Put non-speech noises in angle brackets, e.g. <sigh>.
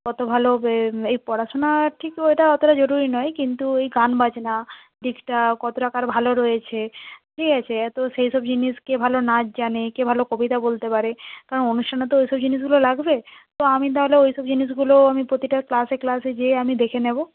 কত ভালো <unintelligible> এই পড়াশোনা ঠিক ওইটা অতটা জরুরি নয় কিন্তু ওই গান বাজনা দিকটা কতটা কার ভালো রয়েছে ঠিক আছে তো সেই সব জিনিস কে ভালো নাচ জানে কে ভালো কবিতা বলতে পারে কারণ অনুষ্ঠানে তো ওই সব জিনিসগুলো লাগবে তো আমি তাহলে ওই সব জিনিসগুলো আমি প্রতিটা ক্লাসে ক্লাসে গিয়ে আমি দেখে নেব